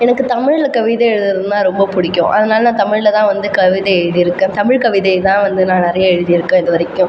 எனக்கு தமிழில் கவிதை எழுதுறதுனா ரொம்ப பிடிக்கும் அதனால் நான் தமிழில் தான் வந்து கவிதை எழுதியிருக்கேன் தமிழ் கவிதை தான் வந்து நான் நிறையா எழுதியிருக்கேன் இது வரைக்கும்